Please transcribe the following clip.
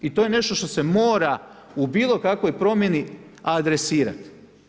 I to je nešto što se mora u bilo kakvoj promjeni adresirati.